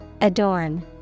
Adorn